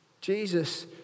Jesus